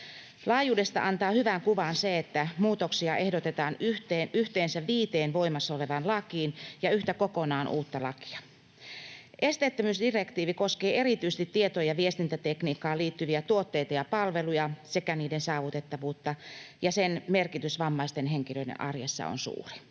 Laajuudesta antaa hyvän kuvan se, että muutoksia ehdotetaan yhteensä viiteen voimassa olevaan lakiin ja lisäksi yhtä kokonaan uutta lakia. Esteettömyysdirektiivi koskee erityisesti tieto- ja viestintätekniikkaan liittyviä tuotteita ja palveluja sekä niiden saavutettavuutta, ja sen merkitys vammaisten henkilöiden arjessa on suuri.